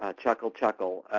ah chuckle, chuckle.